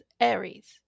aries